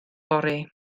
fory